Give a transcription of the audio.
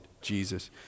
Jesus